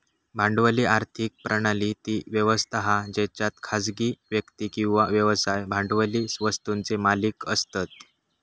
भांडवली आर्थिक प्रणाली ती व्यवस्था हा जेच्यात खासगी व्यक्ती किंवा व्यवसाय भांडवली वस्तुंचे मालिक असतत